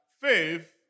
faith